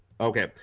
okay